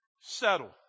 settle